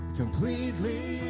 completely